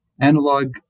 Analog